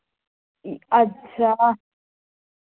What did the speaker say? अच्छा